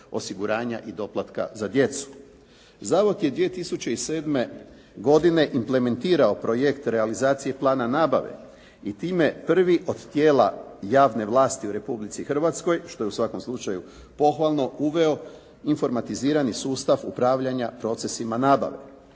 osiguranja i doplatka za djecu. Zavod je 2007. godine implementirao projekt realizacije plana nabave i time prvi od tijela javne vlasti u Republici Hrvatskoj što je u svakom slučaju pohvalno uveo informatizirani sustav upravljanja procesima nabave.